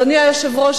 אדוני היושב-ראש,